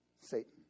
Satan